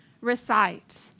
recite